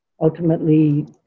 ultimately